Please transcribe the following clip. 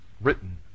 written